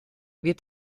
wird